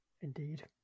Indeed